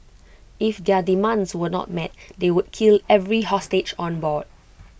if their demands were not met they would kill every hostage on board